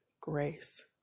grace